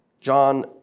John